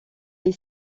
est